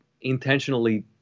intentionally